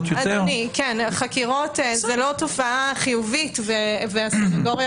חקירות היא לא תופעה חיובית והסנגוריה